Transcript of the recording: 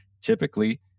Typically